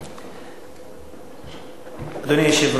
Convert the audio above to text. אדוני היושב-ראש, כבוד השר, חברי חברי הכנסת,